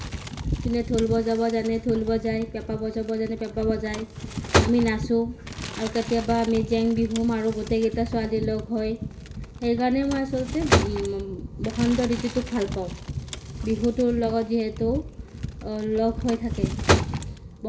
যোনে ঢোল বজাব জানে ঢোল বজায় পেঁপা বজাব জানে পেঁপা বজায় আমি নাচোঁ আৰু কেতিয়াবা আমি জেং বিহু মাৰোঁ গোটেইকেইটা ছোৱালী লগ হৈ সেইকাৰণে মই আচলতে বসন্ত ঋতুটোক ভাল পাওঁ বিহুটোৰ লগত যিহেতু লগ হৈ থাকে